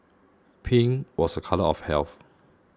pink was a colour of health